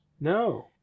No